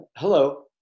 Hello